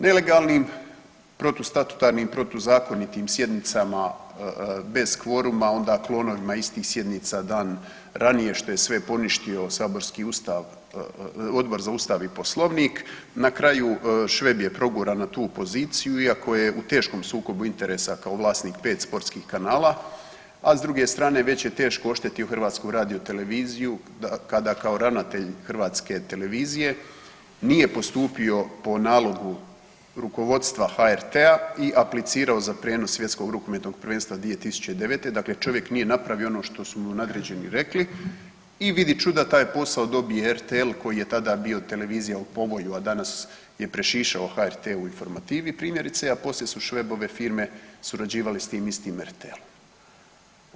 Nelegalnim protustatutarnim, protuzakonitim sjednicama bez kvoruma, onda klonovima istih sjednica dan ranije što je sve poništio saborski Odbor za Ustav i poslovnik, na kraju Šveb je proguran na tu poziciju iako je u teškom sukobu interesa kao vlasnik pet sportskih kanala, a s druge strane već je teško oštetio HRT kada kao ravnatelj HRT-a nije postupio po nalogu rukovodstva HRT-a i aplicirao za prijenos Svjetskog rukometnog prvenstva 2009., dakle čovjek nije napravio ono što su mu nadređeni ruka i vidi čuda taj posao dobije RTL koji je tada bio televizija u povoju, a danas je prešišao HRT u informativi primjerice, a poslije su Švebove firme surađivale s tim istim RTL-om.